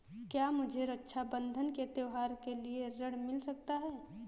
क्या मुझे रक्षाबंधन के त्योहार के लिए ऋण मिल सकता है?